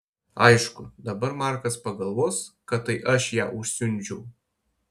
aišku dabar markas pagalvos kad tai aš ją užsiundžiau